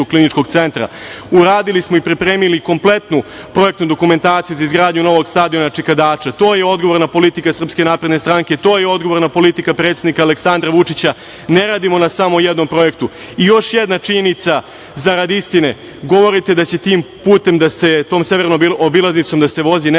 kliničkog centra. Uradili smo i pripremili kompletnu projektnu dokumentaciju za izgradnju novog stadiona „Čika Dača“. To je odgovorna politika SNS, to je odgovorna politika predsednika Aleksandra Vučića. Ne radimo na samo jednom projektu. Još jedna činjenica zarad istine. Govorite da će tim putem, tom severnom obilaznicom da se vozi nekakav